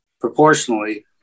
proportionally